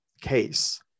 case